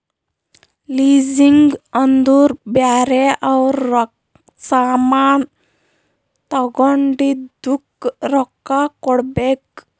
leasing ಅಂದುರ್ ಬ್ಯಾರೆ ಅವ್ರ ಸಾಮಾನ್ ತಗೊಂಡಿದ್ದುಕ್ ರೊಕ್ಕಾ ಕೊಡ್ಬೇಕ್